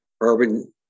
urban